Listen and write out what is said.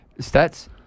Stats